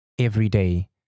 Everyday